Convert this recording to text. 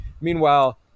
Meanwhile